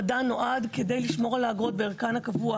נועד כדי לשמור על האגרות בערכן הקבוע.